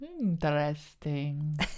interesting